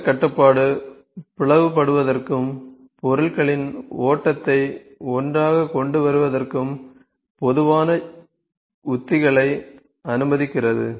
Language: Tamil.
ஓட்ட கட்டுப்பாடு பிளவுபடுவதற்கும் பொருட்களின் ஓட்டத்தை ஒன்றாகக் கொண்டுவருவதற்கும் பொதுவான உத்திகளை அனுமதிக்கிறது